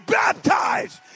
baptized